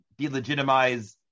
delegitimize